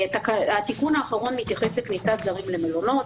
התיקון האחרון מתייחס לכניסת זרים למלונות.